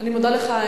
אני מודה לך,